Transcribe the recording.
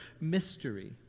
mystery